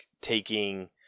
taking